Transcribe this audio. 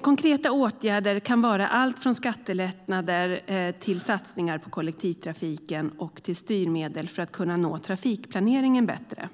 Konkreta åtgärder kan vara allt från skattelättnader till satsningar på kollektivtrafiken och styrmedel för att kunna nå trafikplaneringen bättre.